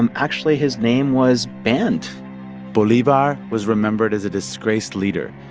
um actually his name was banned bolivar was remembered as a disgraced leader,